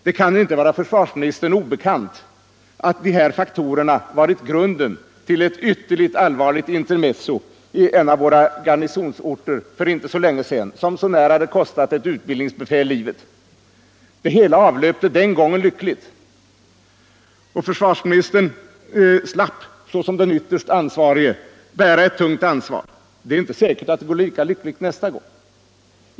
Det kan väl inte vara försvarsministern obekant att det här har varit grunden till ett ytterligt allvarligt intermezzo i en av våra garnisonsorter för inte så länge sedan, som så när hade kostat ett utbildningsbefäl livet. Det hela avlöpte den gången lyckligt, och försvarsministern slapp att såsom den ytterst ansvarige bära ett tungt ansvar. Det är inte säkert att det går lika lyckligt nästa gång.